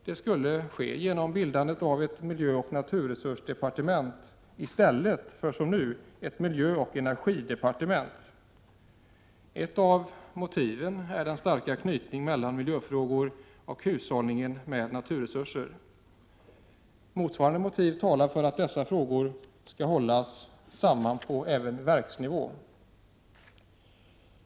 Det skulle ske genom bildandet av ett miljöoch naturresursdepartement, i stället för det nuvarande miljöoch energidepartementet. Ett av motiven är den starka knytningen mellan miljöfrågorna och hushållningen med naturresurser. Motsvarande motiv talar för att dessa frågor skall hållas samman även på verksnivå.